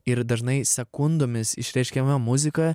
ir dažnai sekundomis išreiškiama muzika